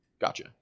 Gotcha